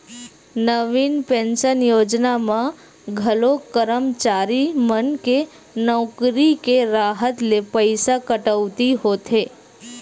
नवीन pension योजना म घलो करमचारी मन के नउकरी के राहत ले पइसा कटउती होथे